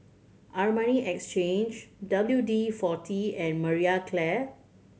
Armani Exchange W D Forty and Marie Claire